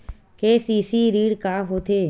KCC ऋण का होथे?